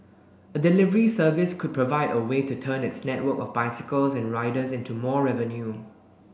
a delivery service could provide a way to turn its network of bicycles and riders into more revenue